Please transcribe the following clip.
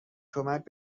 کمک